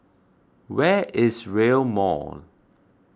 where is Rail Mall